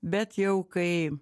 bet jau kai